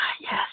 yes